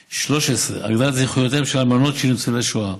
13. הגדלת זכויותיהן של אלמנות של ניצולי שואה,